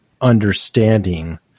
understanding